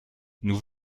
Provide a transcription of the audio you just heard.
nous